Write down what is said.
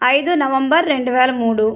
ఐదు నవంబర్ రెండు వేల మూడు